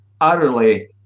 utterly